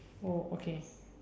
oh okay